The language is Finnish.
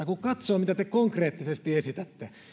kun katsoo mitä te konkreettisesti esitätte